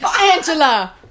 angela